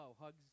hugs